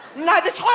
not